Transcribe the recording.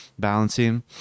balancing